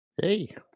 hey